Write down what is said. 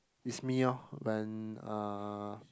is me orh then uh